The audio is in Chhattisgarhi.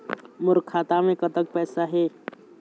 मोर खाता मे कतक पैसा हे?